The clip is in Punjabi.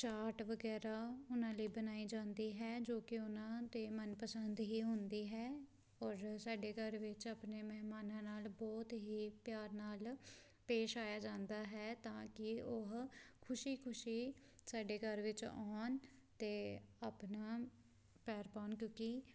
ਚਾਟ ਵਗੈਰਾ ਉਹਨਾਂ ਲਈ ਬਣਾਈ ਜਾਂਦੀ ਹੈ ਜੋ ਕਿ ਉਹਨਾਂ ਦੇ ਮਨਪਸੰਦ ਹੀ ਹੁੰਦੀ ਹੈ ਔਰ ਸਾਡੇ ਘਰ ਵਿੱਚ ਆਪਣੇ ਮਹਿਮਾਨਾਂ ਨਾਲ਼ ਬਹੁਤ ਹੀ ਪਿਆਰ ਨਾਲ਼ ਪੇਸ਼ ਆਇਆ ਜਾਂਦਾ ਹੈ ਤਾਂ ਕਿ ਉਹ ਖੁਸ਼ੀ ਖੁਸ਼ੀ ਸਾਡੇ ਘਰ ਵਿੱਚ ਆਉਣ ਅਤੇ ਆਪਣਾ ਪੈਰ ਪਾਉਣ ਕਿਉਂਕਿ